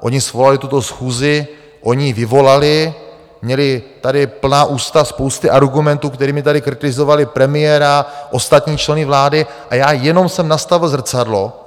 Oni svolali tuto schůzi, oni ji vyvolali, měli tady plná ústa spousty argumentů, kterými tady kritizovali premiéra a ostatní členy vlády, a já jenom jsem nastavil zrcadlo